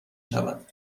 شود